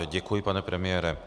Děkuji, pane premiére.